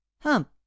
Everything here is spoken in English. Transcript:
hump